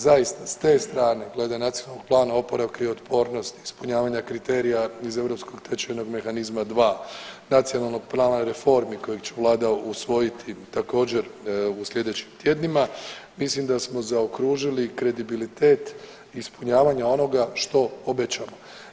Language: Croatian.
Zaista s te strane glede Nacionalnog plana oporavka i otpornosti, ispunjavanja kriterija iz europskog tečajnog mehanizma dva, Nacionalnog plana reformi kojeg će Vlada usvojiti također u sljedećim tjednima mislim da smo zaokružili kredibilitet ispunjavanja onoga što obećamo.